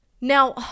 Now